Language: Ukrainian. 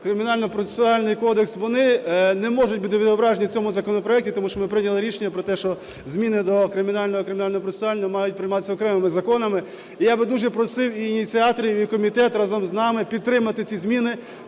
Кримінальний процесуальний кодекс, вони не можуть бути відображені в цьому законопроекті, тому що ми прийняли рішення про те, що зміни до Кримінального і Кримінального процесуального мають прийматися окремими законами. І я би дуже просив і ініціаторів, і комітет разом з нами підтримати ці зміни.